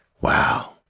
Wow